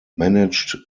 managed